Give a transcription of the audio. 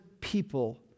people